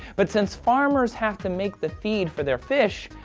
but since farmers have to make the feed for their fish,